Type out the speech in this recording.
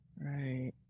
Right